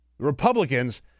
Republicans